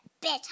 better